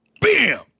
Bam